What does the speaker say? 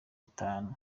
itanu